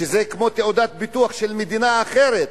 שזה כמו תעודת ביטוח של מדינה אחרת,